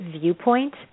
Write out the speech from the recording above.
Viewpoint